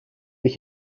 ich